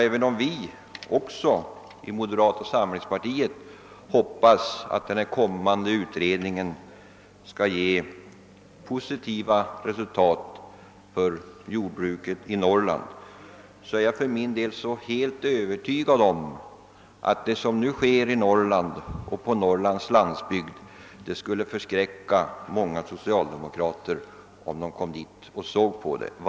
även om vi också i moderata samlingspartiet hoppas att den kommande utredningen skall medföra positiva resultat för jordbruket i Norrland, så är jag för min del övertygad om att det som nu sker i Norrland skulle göra många socialdemokrater förskräckta, om de kände till det.